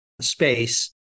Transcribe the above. space